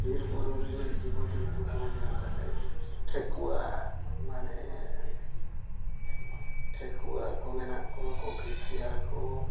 ᱵᱤᱨᱼᱵᱩᱨᱩ ᱨᱮᱱ ᱡᱤᱵᱽ ᱡᱚᱱᱛᱩ ᱠᱚᱦᱚᱸ ᱧᱮᱞ ᱠᱟᱛᱮᱫ ᱴᱷᱤᱠᱚᱜᱼᱟ ᱢᱟᱱᱮ ᱴᱷᱤᱠᱣᱟᱹ ᱠᱚ ᱢᱮᱱᱟᱜ ᱠᱚ ᱜᱷᱮᱸᱥᱤᱭᱟᱲ ᱠᱚ